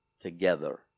together